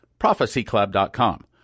prophecyclub.com